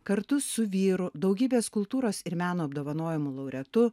kartu su vyru daugybės kultūros ir meno apdovanojimų laureatu